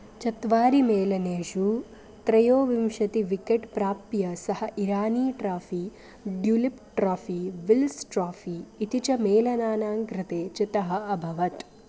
चत्वारि मेलनेषु त्रयोविंशति विकेट् प्राप्य सः Irani trophy Duleep trophy Wills trophy इति च मेलनानाङ्कृते चितः अभवत्